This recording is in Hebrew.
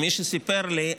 מי שסיפר לי,